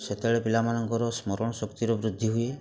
ସେତେବେଳେ ପିଲାମାନଙ୍କର ସ୍ମରଣଶକ୍ତିର ବୃଦ୍ଧି ହୁଏ